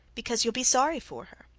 because you'll be sorry for her.